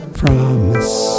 promise